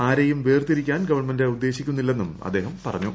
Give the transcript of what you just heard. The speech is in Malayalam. ആരെയും വേർതിരിക്കാൻ ഗവൺമെന്റ് ഉദ്ദേശിക്കുന്നില്ലെന്നും അദ്ദേഹം പറഞ്ഞു